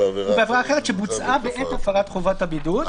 "ובעבירה אחרת שבוצעה בעת הפרת חובת הבידוד."